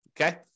Okay